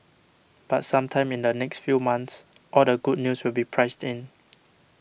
but sometime in the next few months all the good news will be priced in